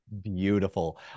Beautiful